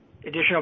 additional